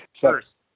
First